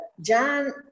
john